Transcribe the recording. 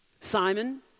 Simon